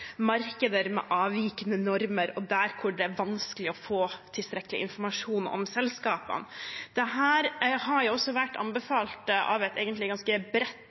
markeder med avvikende normer, og der det er vanskelig å få tilstrekkelig informasjon om selskapene. Dette har jo også vært anbefalt av et egentlig ganske bredt